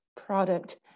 product